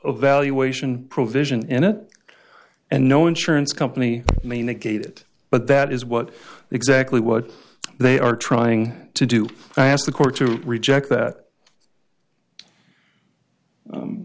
a valuation provision in it and no insurance company may negate it but that is what exactly what they are trying to do i asked the court to reject that